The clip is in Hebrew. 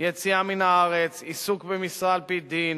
יציאה מן הארץ, עיסוק במשרה על-פי דין,